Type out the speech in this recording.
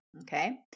okay